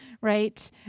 right